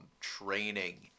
training